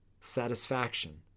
satisfaction